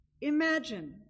Imagine